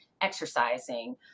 exercising